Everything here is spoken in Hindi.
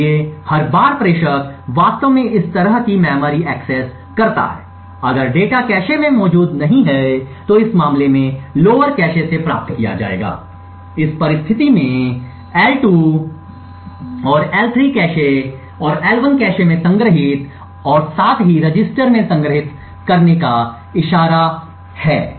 इसलिए हर बार प्रेषक वास्तव में इस तरह की मेमोरी एक्सेस करता है अगर डेटा कैश में मौजूद नहीं है तो इस मामले में लोअर कैश से प्राप्त किया जाएगा इस परिस्थिति में L2 और L3 कैश और L1 कैश में संग्रहीत और साथ ही रजिस्टर में संग्रहीत करने का इशारा किया